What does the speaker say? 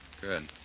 Good